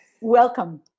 welcome